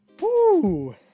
Woo